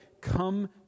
come